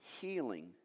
healing